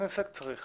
תוכנית עסק צריך